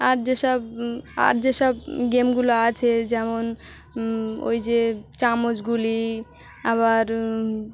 আর যেসব আর যেসব গেমগুলো আছে যেমন ওই যে চামচ গুলি আবার